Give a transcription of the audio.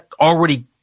already